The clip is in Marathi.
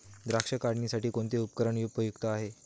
द्राक्ष काढणीसाठी कोणते उपकरण उपयुक्त आहे?